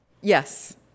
Yes